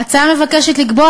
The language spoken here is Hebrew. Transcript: ההצעה מבקשת לקבוע,